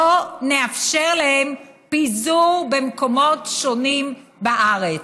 בואו נאפשר להם פיזור במקומות שונים בארץ.